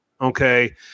okay –